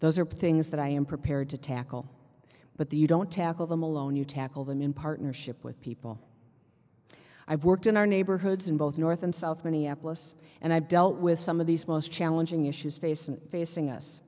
those are things that i am prepared to tackle but the you don't tackle them alone you tackle them in partnership with people i've worked in our neighborhoods in both north and south minneapolis and i've dealt with some of these most challenging issues facing facing us